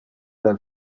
del